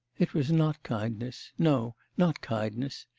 it was not kindness no, not kindness.